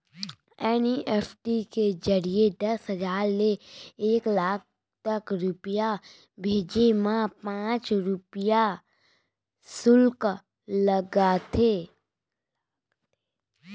NEFT के जरिए दस हजार ले एक लाख तक रूपिया भेजे मा पॉंच रूपिया सुल्क लागथे